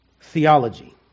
theology